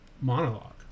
monologue